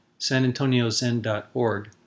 sanantoniozen.org